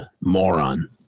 moron